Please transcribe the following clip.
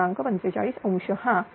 45 अंश हा1